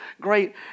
Great